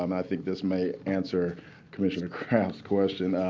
um i think this may answer commissioner kraft's question.